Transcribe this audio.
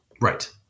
Right